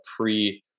pre